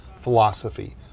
philosophy